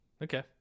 Okay